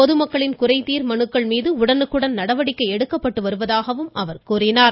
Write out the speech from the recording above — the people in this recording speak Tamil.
பொதுமக்களின் குறைதீர் மனுக்கள் உடனுக்குடன் நடவடிக்கை எடுக்கப்பட்டு வருவதாகவும் அவர் தெரிவித்தார்